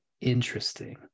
interesting